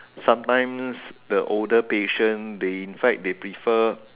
sometimes the older patient they in fact they prefer